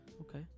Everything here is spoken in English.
Okay